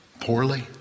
poorly